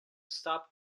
stopped